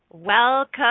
Welcome